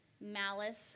malice